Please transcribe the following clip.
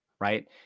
right